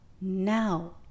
now